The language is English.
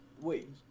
wait